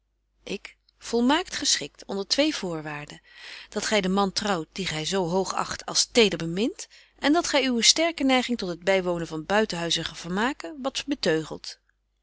ik volmaakt geschikt onder twee voorwaarden dat gy den man trouwt dien gy zo hoogacht als teder bemint en dat gy uwe sterke neiging tot het bywonen van buitenhuizige vermaken wat beteugelt